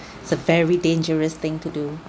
it's a very dangerous thing to do